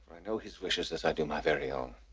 i know his wishes as i do my very own.